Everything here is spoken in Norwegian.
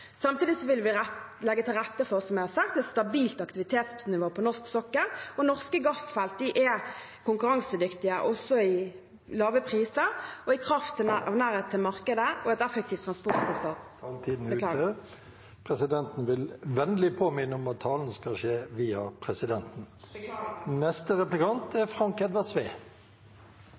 Samtidig vil vi, som jeg har sagt, legge til rette for et stabilt aktivitetsnivå på norsk sokkel. Norske gassfelt er konkurransedyktige på lav pris og i kraft av nærhet til markedet og et effektivt transportsystem. Presidenten vil vennlig påminne om taletiden. Vi høyrde frå statsråden at